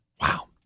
Wow